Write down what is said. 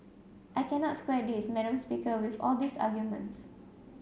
I cannot square this madam speaker with all these arguments